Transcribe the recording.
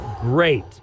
Great